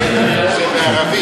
זה בערבית.